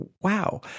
wow